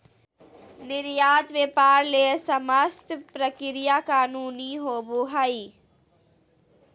निर्यात व्यापार ले समस्त प्रक्रिया कानूनी होबो हइ